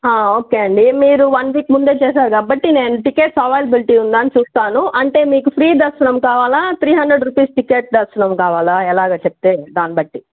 okay అండి మీరు one week ముందే చేసారు కాబట్టి నేను టికెట్స్ అవైలబిలిటీ ఉందా అని చూస్తాను అంటే మీకు ఫ్రీ దర్శనం కావాలా త్రీ హండ్రెడ్ రూపీస్ టికెట్ దర్శనం కావాలా ఎలాగా చెప్తే దాని బట్టి